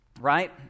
right